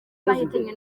bahitanywe